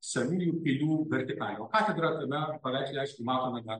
senųjų pilių vertikalę o katedrą tame paveiksle aišku matome na